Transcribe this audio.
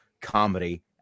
comedy